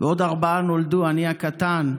ועוד ארבעה נולדו, אני הקטן.